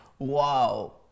Wow